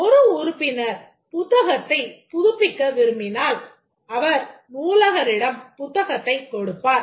ஒரு உறுப்பினர் புத்தகத்தைப் புதுப்பிக்க விரும்பினால் அவர் நூலகரிடம் புத்தகத்தைக் கொடுப்பார்